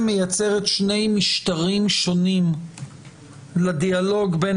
מייצרת שני משטרים שונים לדיאלוג בין